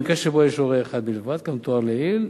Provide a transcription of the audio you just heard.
במקרה שבו יש הורה אחד בלבד כמתואר לעיל,